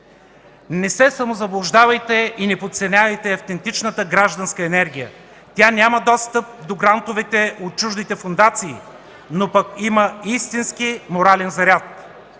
Не се самозаблуждавайте и не подценявайте автентичната гражданска енергия. Тя няма достъп до грантовете от чуждите фондации, но има истински морален заряд.